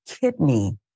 kidney